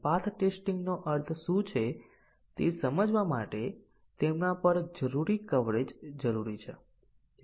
બીજા ટેસ્ટીંગ ના કિસ્સામાં હું આ ખોટું અને આ સાચું હોઈ શકે છે